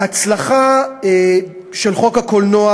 ההצלחה של חוק הקולנוע,